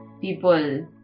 people